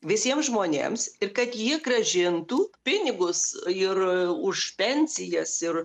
visiem žmonėms ir kad ji grąžintų pinigus ir už pensijas ir